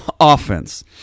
offense